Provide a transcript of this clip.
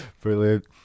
Brilliant